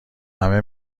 همه